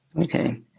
Okay